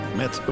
met